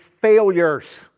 failures